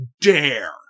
dare